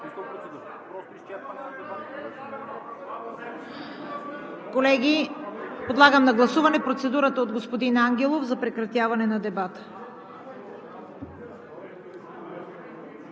Колеги, подлагам на гласуване процедурата на господин Ангелов за прекратяване на дебата.